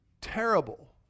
terrible